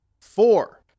Four